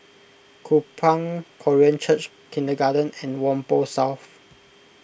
Kupang Korean Church Kindergarten and Whampoa South